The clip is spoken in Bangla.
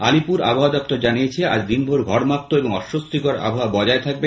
আলিপুর আবহাওয়া দপ্তর জানিয়েছে আজ দিনভর ঘর্মাক্ত এবং অস্বস্তিকর অবস্থা বজায় থাকবে